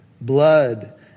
blood